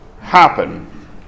happen